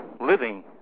living